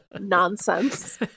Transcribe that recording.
nonsense